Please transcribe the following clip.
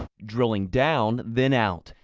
drilling down, then out.